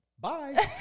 Bye